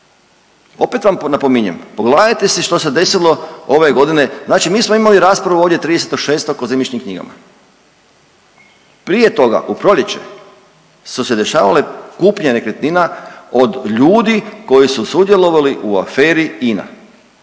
Opet vam napominjem, pogledajte si što se desilo ove godine, znači mi smo imali raspravu ovdje 30.6. o zemljišnim knjigama, prije toga u proljeće su se dešavale kupnje nekretnina od ljudi koji su sudjelovali u aferi INA